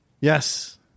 Yes